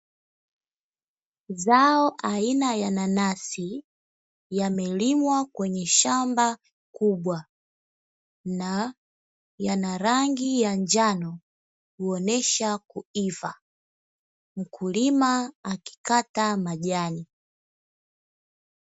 Zao aina ya nanasi yamelimwa kwenye shamba kubwa na yana rangi ya njano kuonyesha kuiva mkulima akikata majani.